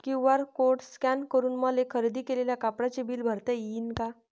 QR code scan करून मले खरेदी केलेल्या कापडाचे बिल भरता यीन का?